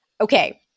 okay